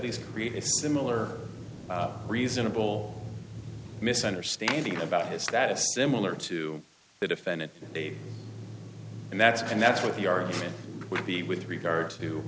creates similar reasonable misunderstanding about his status similar to the defendant a and that's and that's what the argument would be with regards to